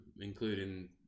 including